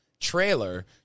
trailer